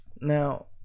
now